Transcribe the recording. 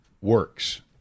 works